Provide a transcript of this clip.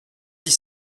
dix